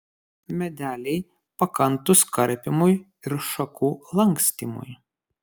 medeliai pakantūs karpymui ir šakų lankstymui